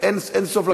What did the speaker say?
אין סוף,